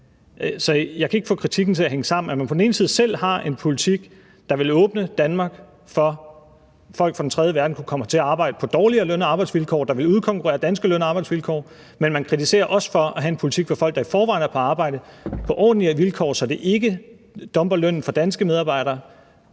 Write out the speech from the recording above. jeg kan ikke få kritikken til at hænge sammen. På den ene side har man selv en politik, der vil åbne Danmark for, at folk fra den tredje verden kan komme hertil og arbejde på dårligere løn- og arbejdsvilkår, der vil udkonkurrere danske løn- og arbejdsvilkår, og på den anden side kritiserer man os for at have en politik for folk, der i forvejen er i arbejde på ordentlige vilkår, så vi ikke dumper lønnen for danske medarbejdere.